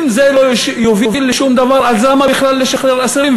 אם זה לא יוביל לשום דבר אז למה בכלל לשחרר אסירים,